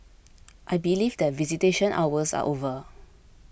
I believe that visitation hours are over